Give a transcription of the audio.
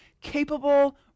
capable